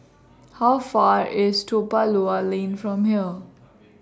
How Far IS Toa Pa Lower Lane from here